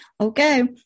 Okay